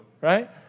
right